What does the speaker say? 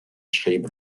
schrieb